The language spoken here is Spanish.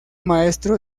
maestro